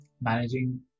managing